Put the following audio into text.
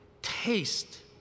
Taste